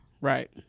Right